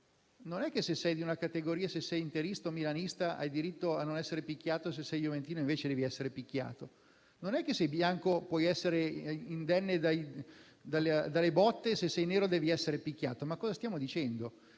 Non è che se sei di una categoria, se sei interista o milanista, hai diritto a non essere picchiato e, se sei juventino, devi esserlo. Non è che, se sei bianco, puoi essere indenne dalle botte e, se sei nero, devi essere picchiato. Cosa stiamo dicendo?